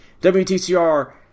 WTCR